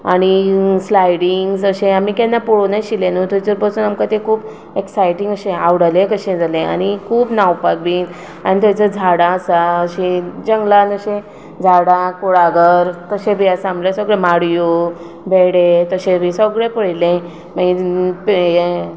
आनी स्लायडिंग्स अशें आमी केन्ना पळोवंक नाशिल्लें न्हू थंयचर पासून आमकां तें खूब एक्सायटींग अशें आवडलें कशें जालें आनी खूब न्हांवपाक बी आनी थंयचर झाडां आसा अशीं जंगलान अशीं झाडां कुळागर तशें बी आसा म्हळ्या सगळें माडयो बेडे तशें बी सगळें पळयलें मागीर पे हें